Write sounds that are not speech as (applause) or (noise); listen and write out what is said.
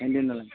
(unintelligible)